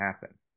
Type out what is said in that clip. happen